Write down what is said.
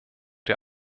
der